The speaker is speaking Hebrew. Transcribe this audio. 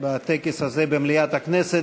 בהשתתפותכם בטקס הזה במליאת הכנסת.